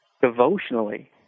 devotionally